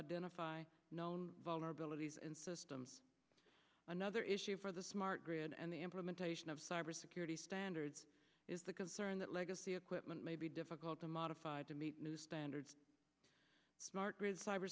identify known vulnerabilities and system another issue for the smart grid and the implementation of cybersecurity standards is the concern that legacy equipment may be difficult to modified to meet new standards smart grid cyber